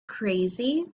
crazy